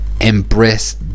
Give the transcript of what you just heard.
embrace